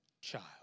child